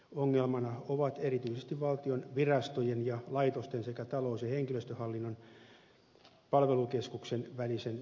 ongelmana ovat erityisesti valtion virastojen ja laitosten sekä talous ja henkilöstöhallinnon palvelukeskuksen välisen vastuujaon puutteet